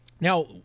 Now